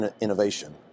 innovation